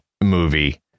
movie